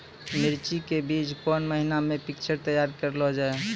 मिर्ची के बीज कौन महीना मे पिक्चर तैयार करऽ लो जा?